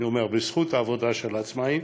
בזכות העבודה של עצמאי,